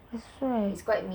that's right